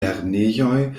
lernejoj